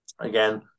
again